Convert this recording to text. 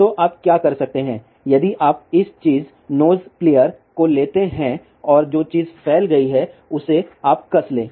तो आप क्या कर सकते हैं यदि आप इस चीज नोज प्लिएर को लेते हैं और जो चीज फैल गई है उसे आप कस लें